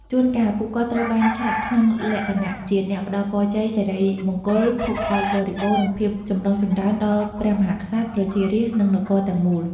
ជួនកាល ពួកគាត់ត្រូវបានឆ្លាក់ក្នុងលក្ខណៈជាអ្នកផ្ដល់ពរជ័យ សិរីមង្គល ភោគផលបរិបូរណ៍ និងភាពចម្រុងចម្រើនដល់ព្រះមហាក្សត្រ ប្រជារាស្ត្រ និងនគរទាំងមូល។